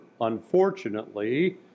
unfortunately